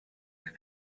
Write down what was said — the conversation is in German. der